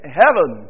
heaven